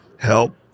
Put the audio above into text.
help